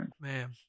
Man